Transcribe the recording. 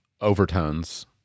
overtones